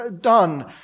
done